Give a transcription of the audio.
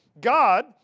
God